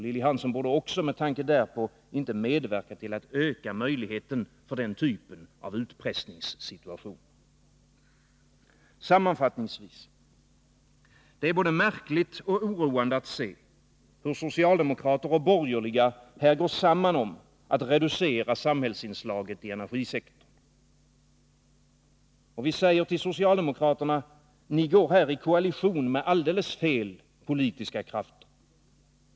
Lilly Hansson borde också med tanke därpå inte medverka till att öka möjligheten för den typen av utpressningssituationer. Sammanfattningsvis är det både märkligt och oroande att se hur socialdemokrater och borgerliga här går samman för att reducera samhällsinslaget i energisektorn. Vi säger till socialdemokraterna: Ni går här i koalition med alldeles fel politiska krafter.